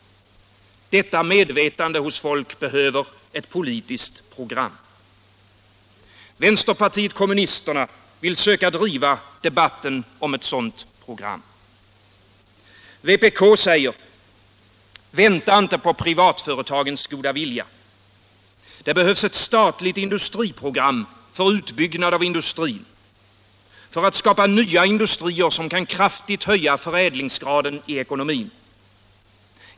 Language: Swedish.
Detta medvetande hos folk behöver ett politiskt program. Vänsterpartiet kommunisterna vill söka driva debatten om ett sådant program. Vpk säger: Vänta inte på privatföretagens goda vilja. Det behövs ett statligt industriprogram för utbyggnad av industrin. För att skapa nya industrier, som kan kraftigt höja förädlingsgraden i ekonomin.